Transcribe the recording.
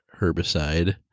herbicide